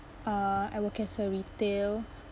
uh I work as a retail